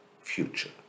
future